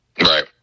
Right